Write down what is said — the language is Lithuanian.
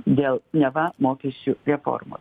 dėl neva mokesčių reformos